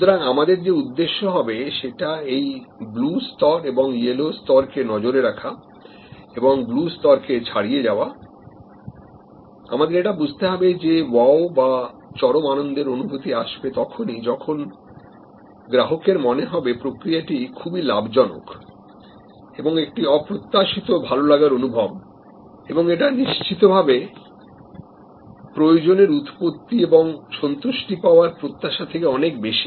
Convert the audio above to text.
সুতরাং আমাদের যে উদ্দেশ্য হবে সেটা এই blue স্তর এবং yellow স্তরকে নজরে রাখা এবং blue স্তরকে ছাড়িয়ে যাওয়া আমাদের এটা বুঝতে হবে যে wow বা চরম আনন্দের অনুভূতি আসবে তখনই যখন গ্রাহকের মনে হবে প্রক্রিয়াটি খুবই লাভজনক একটি খুবই অপ্রত্যাশিত ভালোলাগার অনুভব এবং এটা নিশ্চিতভাবে প্রয়োজনের উৎপত্তি এবং সন্তুষ্টি পাওয়ার প্রত্যাশা থেকে অনেক বেশি